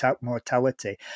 mortality